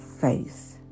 faith